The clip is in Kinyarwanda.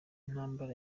ntambara